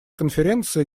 конференции